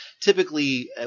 typically